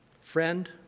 Friend